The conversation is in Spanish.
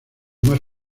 más